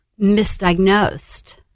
misdiagnosed